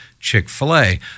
Chick-fil-A